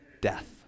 death